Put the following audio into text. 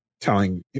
telling